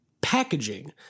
Packaging